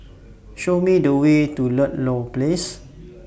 Show Me The Way to Ludlow Place